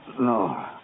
No